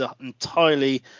entirely